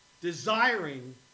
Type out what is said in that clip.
desiring